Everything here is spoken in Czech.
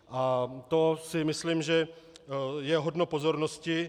A to si myslím, že je hodno pozornosti.